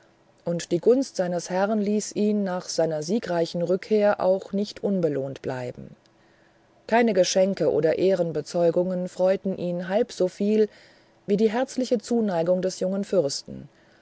und die gunst seines herrn ließ ihn nach seiner siegreichen rückkehr auch nicht unbelohnt bleiben keine geschenke oder ehrenbezeugungen freuten ihn halb so viel wie die herzliche zuneigung des jungen fürsten